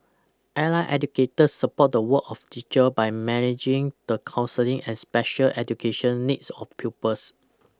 allied educators support the work of teacher by managing the counselling and special education needs of pupils